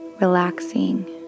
relaxing